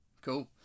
cool